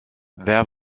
wer